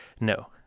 No